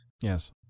Yes